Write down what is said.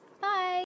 bye